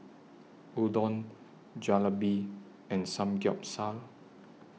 Udon Jalebi and Samgeyopsal